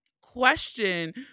question